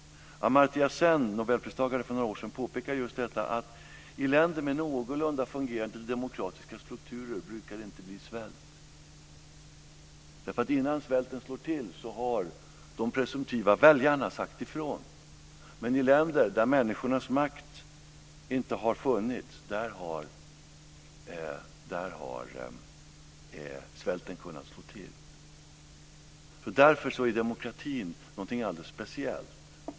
Amartya Sen, nobelpristagare för några år sedan, påpekade just detta att i länder med någorlunda fungerande demokratiska strukturer brukar det inte bli svält, därför att innan svälten slår till har de presumtiva väljarna sagt ifrån. Men i länder där människornas makt inte har funnits har svälten kunnat slå till. Därför är demokratin någonting alldeles speciellt.